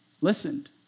listened